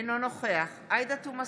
אינו נוכח עאידה תומא סלימאן,